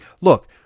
look